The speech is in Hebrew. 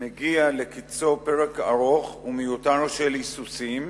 מגיע לקצו פרק ארוך ומיותר של היסוסים,